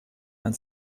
and